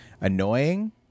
annoying